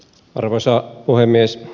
arvoisa puhemies